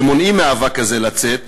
שמונעים מהאבק הזה לצאת,